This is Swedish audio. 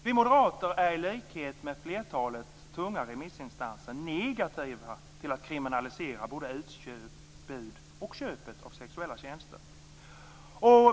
Vi moderater är i likhet med flertalet tunga remissinstanser negativa till att kriminalisera både utbud och köp av sexuella tjänster.